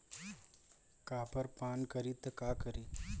Copper पान करी त का करी?